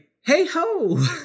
hey-ho